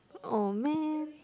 oh man